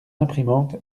imprimante